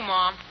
Mom